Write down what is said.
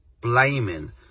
blaming